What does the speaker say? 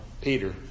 Peter